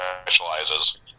specializes